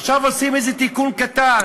עכשיו עושים איזה תיקון קטן.